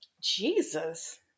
Jesus